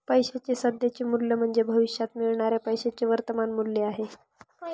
पैशाचे सध्याचे मूल्य म्हणजे भविष्यात मिळणाऱ्या पैशाचे वर्तमान मूल्य आहे